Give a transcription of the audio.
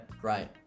great